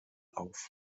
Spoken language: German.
auf